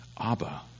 Abba